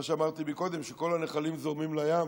מה שאמרתי קודם: כל הנחלים זורמים לים,